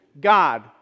God